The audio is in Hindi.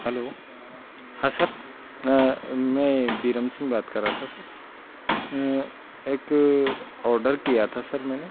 हलो हाँ सर मैं विरेंद्र सिंह बात कर रहा था सर एक ओडर किया था सर मैंने